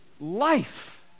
life